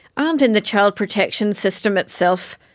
and in the child protection system itself.